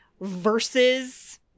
versus